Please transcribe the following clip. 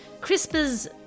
CRISPR's